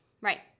Right